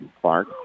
Clark